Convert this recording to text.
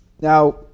Now